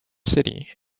city